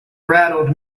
rattled